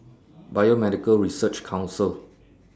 Biomedical Research Council